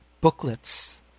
booklets